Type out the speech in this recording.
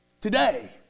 Today